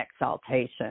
exaltation